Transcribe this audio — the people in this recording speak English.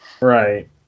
Right